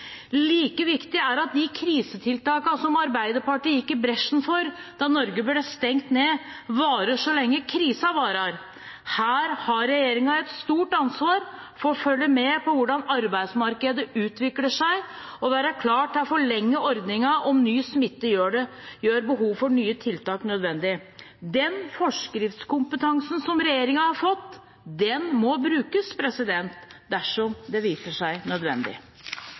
Like viktig er det at de krisetiltakene som Arbeiderpartiet gikk i bresjen for da Norge ble stengt ned, varer så lenge krisen varer. Her har regjeringen er stort ansvar for å følge med på hvordan arbeidsmarkedet utvikler seg, og for å være klar til å forlenge ordningen om ny smitte gjør behov for nye tiltak nødvendig. Den forskriftskompetansen som regjeringen har fått, må brukes dersom det viser seg å være nødvendig.